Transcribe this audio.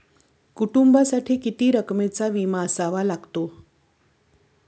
कुटुंबासाठी किती रकमेचा विमा असावा लागतो?